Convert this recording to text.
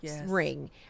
ring